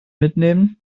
mitnehmen